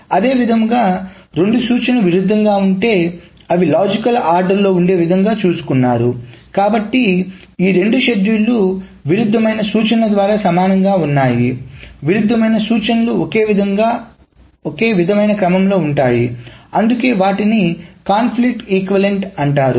అదే విధముగా రెండు సూచనలు విరుద్ధంగా ఉంటే అవి లాజికల్ ఆర్డర్లో ఉండే విధముగా చూసుకున్నారు కాబట్టి ఈ రెండు షెడ్యూల్లు విరుద్ధమైన సూచనల ద్వారా సమానంగా ఉన్నాయి విరుద్ధమైన సూచనలు ఒకే విధమైన క్రమంలో ఉంటాయి అందుకే వాటిని కాన్ఫ్లిక్ట్ ఈక్వలెంట్ అంటారు